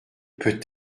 peut